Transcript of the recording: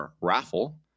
raffle